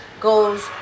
goes